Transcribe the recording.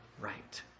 right